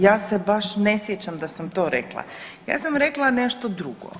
Ja se baš ne sjećam da sam to rekla, ja sam rekla nešto drugo.